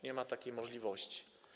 Nie ma takiej możliwości.